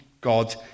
God